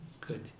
Good